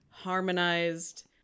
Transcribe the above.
Harmonized